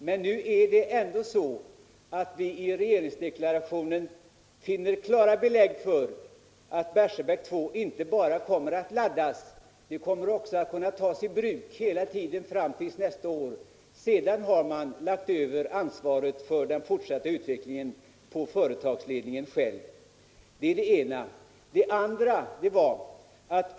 Men nu finner vi ändå i regeringsdeklarationen klara belägg för att Barsebäck 2 inte bara kommer att laddas: det kommer också att kunna tas i bruk hela tiden fram till den 1I oktober nästa år. Sedan har man lagt över ansvaret för den fortsatta utvecklingen på företagsledningen själv.